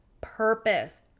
purpose